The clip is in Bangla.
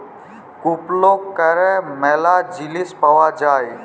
কুপলে ক্যরে ম্যালা জিলিস পাউয়া যায়